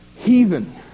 heathen